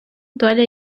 доля